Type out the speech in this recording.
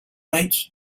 rights